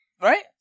Right